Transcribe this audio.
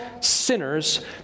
sinners